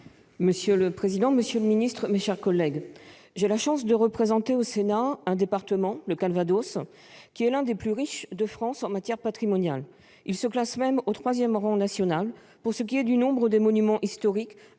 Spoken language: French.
Monsieur le président, monsieur le ministre, mes chers collègues, j'ai la chance de représenter au Sénat un département, le Calvados, qui est l'un des plus riches de France en matière patrimoniale. Il se classe même au troisième rang national pour ce qui est du nombre des monuments historiques,